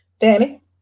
Danny